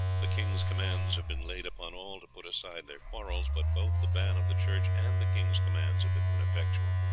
the king's commands have been laid upon all to put aside their quarrels, but both the ban of the church and the king's commands have been ineffectual.